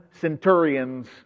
centurions